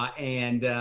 um and,